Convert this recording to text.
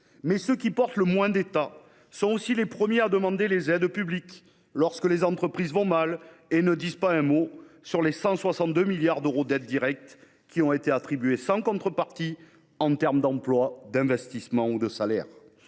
Mais ceux qui prônent le « moins d’État » sont aussi les premiers à demander des aides publiques lorsque les entreprises vont mal. Ceux là ne disent pas un mot des 162 milliards d’euros d’aides directes qui leur ont été attribuées sans contreparties en termes d’emploi, d’investissement ou de salaire.